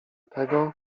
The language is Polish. tego